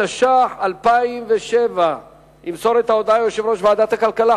התשס"ח 2007. ימסור את ההודעה יושב-ראש ועדת הכלכלה,